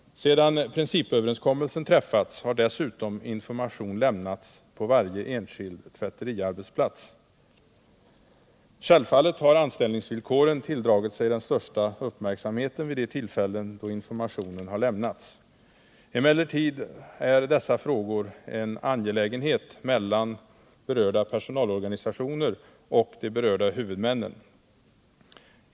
Sedan principöverenskommelsen träffats har dessutom information lämnats på varje enskild tvätteriarbetsplats. Huvudmannaska Självfallet har anställningsvillkoren tilldragit sig den största uppmärk = pet för förenade samheten vid de tillfällen då informationen har lämnats! Emellertid är fabriksverkens dessa frågor en angelägenhet mellan personalorganisationerna och de be = tvätterier rörda huvudmännen.